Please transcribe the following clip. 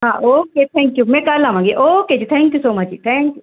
ਹਾਂ okay thank you ਮੈਂ ਕੱਲ੍ਹ ਆਵਾਂਗੀ ਓਕੇ ਜੀ ਥੈਂਕ ਯੂ ਸੋ ਮੱਚ ਜੀ ਥੈਂਕ ਯੂ